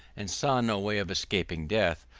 and saw no way of escaping death,